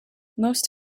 most